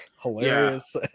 hilarious